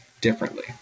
differently